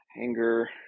anger